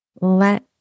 let